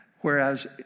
Whereas